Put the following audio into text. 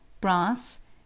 brass